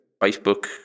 facebook